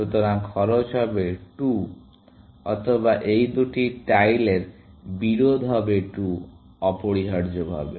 সুতরাং খরচ হবে 2 অথবা এই দুটি টাইলের বিরোধ হবে 2 অপরিহার্যভাবে